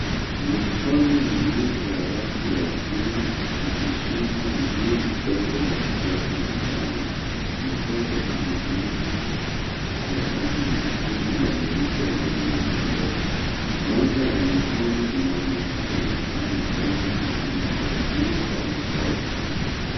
Mikono miwili ya watu wazima ikishika mguu mdogo wa mtoto mchanga . Mtoto amefunikwa blanketi ya rangi nyekundu na nyeupe lenye michoro. Moja ya mikono inaonekana ikifanya jambo fulani kwa mguu wa mtoto.